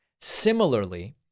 Similarly